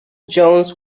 jones